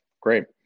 great